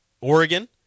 Oregon